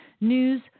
news